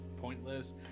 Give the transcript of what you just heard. pointless